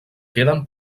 queden